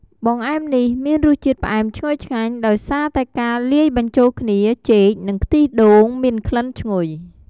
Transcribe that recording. បង្អែមនេះមានរសជាតិផ្អែមឈ្ងុយឆ្ងាញ់ដោយសារតែការលាយបញ្ចូលគ្នាចេក និងខ្ទិះដូងមានក្លិនឈ្ងុយ។